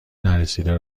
نرسیده